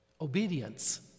Obedience